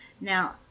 Now